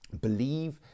Believe